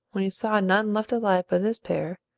when he saw none left alive but this pair,